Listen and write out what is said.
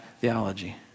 theology